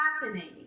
fascinating